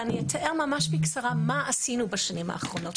ואני אתאר ממש בקצרה מה עשינו בשנים האחרונות,